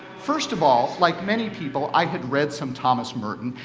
first of all, like many people, i had read some thomas merton,